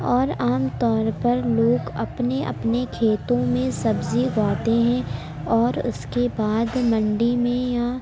اور عام طور پر لوگ اپنے اپنے کھیتوں میں سبزی اگاتے ہیں اور اس کے بعد منڈی میں یا